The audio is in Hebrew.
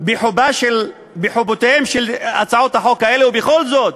בחובן של הצעות החוק האלה, ובכל זאת,